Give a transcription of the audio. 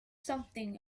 something